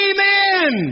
Amen